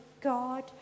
God